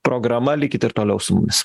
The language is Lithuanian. programa likit ir toliau su mumis